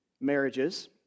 marriages